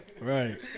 right